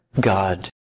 God